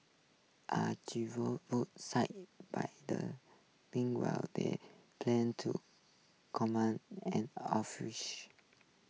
are seized by the while they plan to common an